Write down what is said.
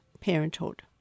Parenthood